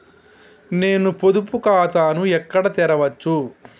నేను పొదుపు ఖాతాను ఎక్కడ తెరవచ్చు?